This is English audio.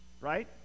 right